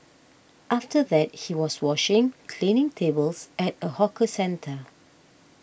after that he was washing cleaning tables at a hawker centre